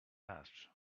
patch